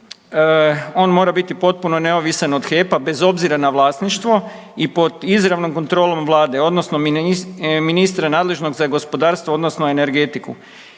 on mora biti potpuno neovisan od HEP-a bez obzira na vlasništvo i pod izravnom kontrolom Vlade odnosno ministra nadležnog za gospodarstvo odnosno energetiku.